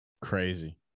Crazy